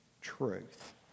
truth